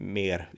mer